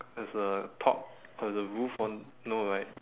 as a top uh the roof on no right